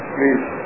Please